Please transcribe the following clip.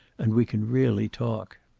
and we can really talk.